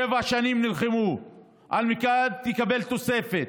שבע שנים נלחמו על מנת לקבל תוספת,